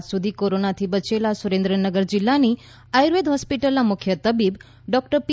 આજ સુધી કોરોનાથી બચેલા સુરેન્દ્રનગર જિલ્લાની આયુર્વેદ હોસ્પિટલના મુખ્ય તબીબી ડોક્ટર પી